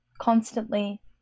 constantly